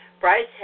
Bryce